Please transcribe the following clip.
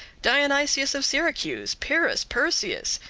dionysius of syracuse, pyrrhus, perseus,